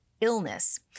illness